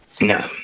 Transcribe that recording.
no